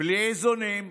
בלי איזונים,